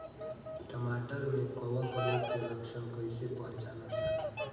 टमाटर मे कवक रोग के लक्षण कइसे पहचानल जाला?